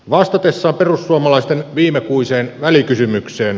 vastatessaan perussuomalaisten viimekuiseen välikysymykseen